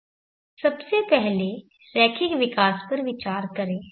सबसे पहले रैखिक विकास पर विचार करें